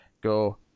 go